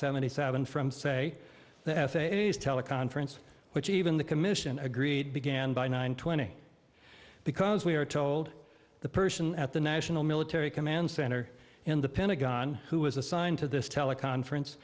seventy seven from say the f a a is teleconference which even the commission agreed began by nine twenty because we are told the person at the national military command center in the pentagon who was assigned to this teleconference